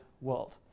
world